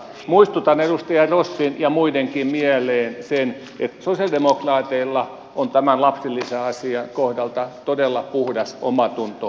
muistutan edustaja rossin ja muidenkin mieleen sen että sosialidemokraateilla on tämän lapsilisäasian kohdalta todella puhdas omatunto